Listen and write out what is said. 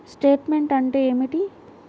Statement అంటే ఏమిటి?